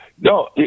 no